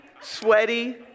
sweaty